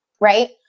right